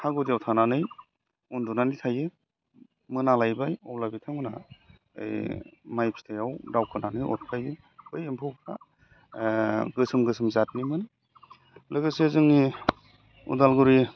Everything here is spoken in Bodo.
हा गुदियाव थानानै उन्दुनानै थायो मोनालायबाय अब्ला बिथांमोनहा माइ फिथाइयाव दावखोनानै अरख्लायो बै एम्फौफ्रा गोसोम गोसोम जाथनिमोन लोगोसे जोंनि उदालगुरि